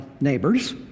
neighbors